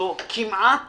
זה כמעט